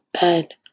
bed